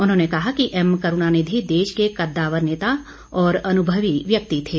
उन्होंने कहा कि एम करूणानिधि देश के कदावर नेता और अनुभवी व्यक्ति थे